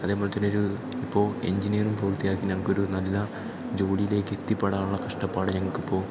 അതേപോലെ തന്നെയൊരു ഇപ്പോൾ എൻജിനീയറിങ്ങ് പൂർത്തിയാക്കി ഞങ്ങൾക്കൊരു നല്ല ജോലിയിലേക്ക് എത്തിപ്പെടാനുള്ള കഷ്ടപ്പാട് ഞങ്ങൾക്കിപ്പോൾ